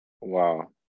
Wow